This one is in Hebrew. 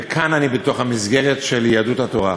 וכאן אני בתוך המסגרת של יהדות התורה.